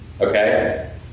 Okay